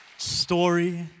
story